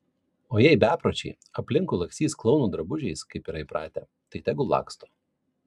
o jei bepročiai aplinkui lakstys klounų drabužiais kaip yra įpratę tai tegul laksto